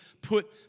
put